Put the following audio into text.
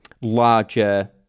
larger